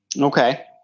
Okay